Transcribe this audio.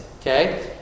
Okay